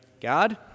god